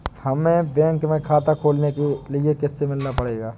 हमे बैंक में खाता खोलने के लिए किससे मिलना पड़ेगा?